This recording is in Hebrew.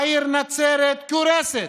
העיר נצרת קורסת,